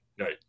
right